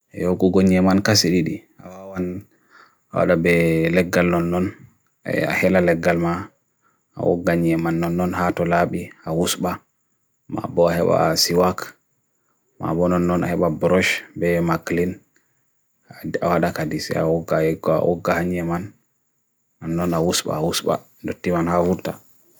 yaw kuku nye man kasi didi, awa wan awada be legal non non ay ahella legal ma awga nye man non non hatu labi awusba ma boha hewa siwak, ma bonon non hewa brush be maklin awada kadi se awga ekwa awga han nye man nan non awusba awusba, nuti wan awuta